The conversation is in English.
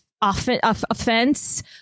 Offense